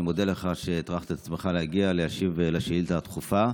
אני מודה לך שהטרחת את עצמך להגיע להשיב לשאילתה הדחופה.